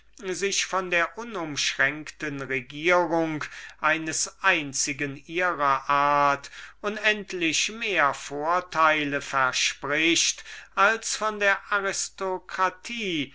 grunde von der unumschränkten regierung eines einzigen ihrer art unendlich mehr vorteile versprach als von der aristokratie